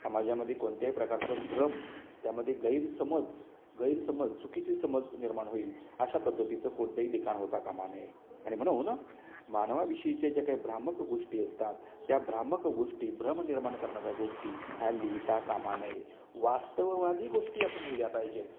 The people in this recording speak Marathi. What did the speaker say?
समाजामध्ये कोणत्याही प्रकारचं भ्रम त्यामदे गैरसमज गैरसमज चुकीचे समज निर्माण होईल अशा पद्धतीचं कोणतंही लिखाण होता कामा नये आणि म्हणून मानवाविषयीचे ज्या काही भ्रामक गोष्टी असतात त्या भ्रामक गोष्टी भ्रम निर्माण करणाऱ्या गोष्टी ह्या लिहिता कामाने वास्तववादी गोष्टी आपण लिहिल्या पाहिजे